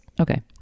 Okay